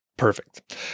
Perfect